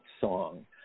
song